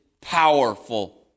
powerful